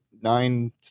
nine